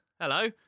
Hello